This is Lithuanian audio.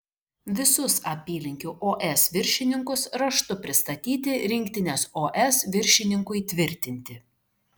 visus apylinkių os viršininkus raštu pristatyti rinktinės os viršininkui tvirtinti